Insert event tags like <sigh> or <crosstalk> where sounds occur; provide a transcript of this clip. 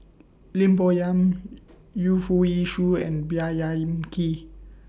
Lim Bo Yam Yu Foo Yee Shoon and <unintelligible> Yam Keng